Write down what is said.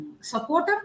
supporter